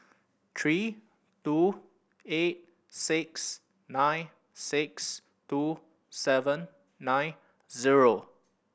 three two eight six nine six two seven nine zero